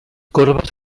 corbes